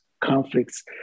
conflicts